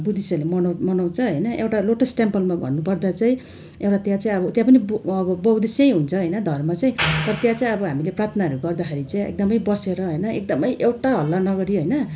बुद्धिस्टहरूले मनाउँ मनाउँछ होइन एउटा लोटस टेम्पलमा भन्नुपर्दा चाहिँ एउटा त्यहाँ चाहिँ अब त्यहाँ पनि अब बुद्धिस्टै हुन्छ होइन धर्म चाहिँ तर त्यहाँ चाहिँ हामीले प्रार्थनाहरू गर्दाखेरि चाहिँ एकदमै बसेर होइन एकदमै एउटा हल्ला नगरी होइन